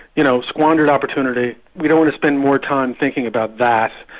you know, squandered opportunity, we don't want to spend more time thinking about that,